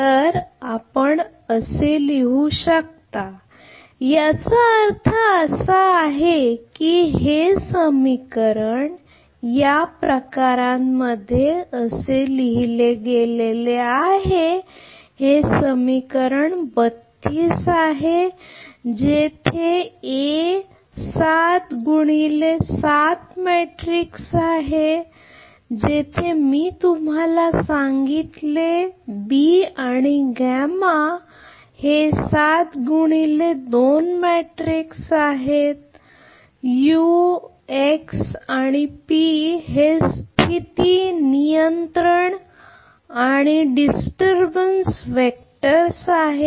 तर आपण आता लिहू शकता आता याचा अर्थ असा आहे की हे समीकरण या प्रकारांमध्ये असे लिहिले आहे हे समीकरण 32 आहे जेथे ए A 7x7 मॅट्रिक्स आहे जेथे मी तुम्हाला सांगितले बी आणि gamma 7x2 matrix x u आणि p हे स्थिती नियंत्रण आणि डिस्टर्बन्स वेक्टर आहेत